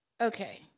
Okay